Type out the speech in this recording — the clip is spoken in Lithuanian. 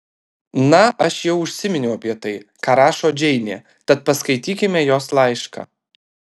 na aš jau užsiminiau apie tai ką rašo džeinė tad paskaitykime jos laišką